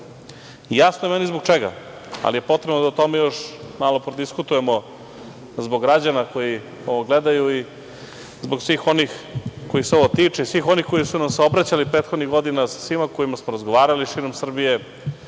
Jasno je meni zbog čega, ali potrebno je da o tome još malo prodiskutujemo zbog građana koji ovo gledaju i zbog svih onih kojih se ovo tiče i svih onih koji su nam se obraćali prethodnih godina, sa svima sa kojima smo razgovarali širom Srbije